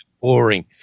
boring